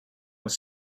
was